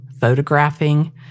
photographing